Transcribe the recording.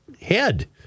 head